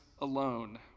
alone